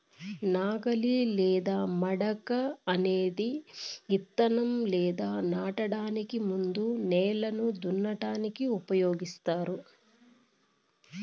నాగలి లేదా మడక అనేది ఇత్తనం లేదా నాటడానికి ముందు నేలను దున్నటానికి ఉపయోగిస్తారు